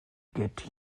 get